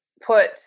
put